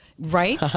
Right